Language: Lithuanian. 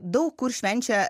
daug kur švenčia